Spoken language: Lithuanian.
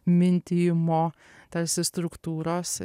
mintijimo tarsi struktūros